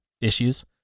issues